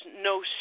no